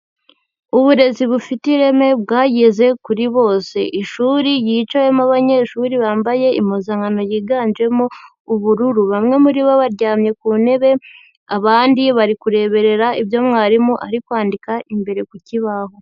Uburezi bufite ireme bwageze kuri bose. Ishuri yicayemo abanyeshuri bambaye impuzankano yiganjemo ubururu. Bamwe muri bo baryamye ku ntebe, abandi barikureberera ibyo mwarimu arikwandika imbere ku kibaho.